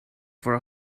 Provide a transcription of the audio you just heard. for